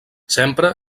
sempre